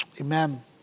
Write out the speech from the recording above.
amen